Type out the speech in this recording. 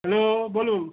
hello বলুন